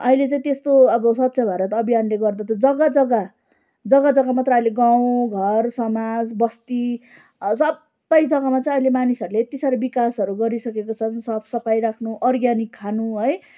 अहिले चाहिँ त्यस्तो अब स्वच्छ भारत अभियानले गर्दा त जग्गा जग्गा जग्गा जग्गा मात्र अहिले गाउँ घर समाज बस्ती सबै जग्गामा चाहिँ अहिले मानिसहरूले यति साह्रो विकासहरू गरिसकेको छन् साफ सफाइ राख्नु अर्ग्यानिक खानु है